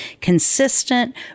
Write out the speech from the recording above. consistent